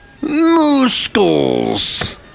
Muscles